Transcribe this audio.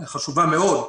היא חשובה מאוד,